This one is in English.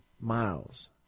miles